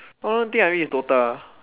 one more thing I read is DOTA